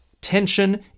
Tension